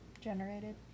Generated